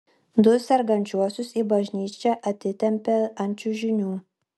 du sergančiuosius į bažnyčią atitempė ant čiužinių